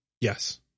Yes